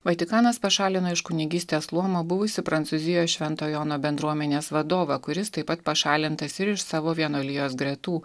vatikanas pašalino iš kunigystės luomo buvusį prancūzijos švento jono bendruomenės vadovą kuris taip pat pašalintas ir iš savo vienuolijos gretų